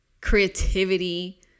creativity